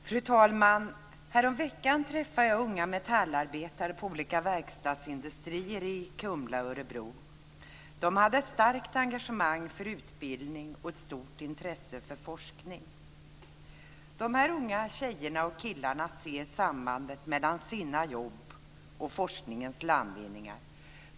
Fru talman! Häromveckan träffade jag unga Metallarbetare vid olika verkstadsindustrier i Kumla och Örebro. De hade ett starkt engagemang för utbildning och ett stort intresse för forskning. De här unga tjejerna och killarna ser sambandet mellan sina jobb och forskningens landvinningar.